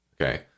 okay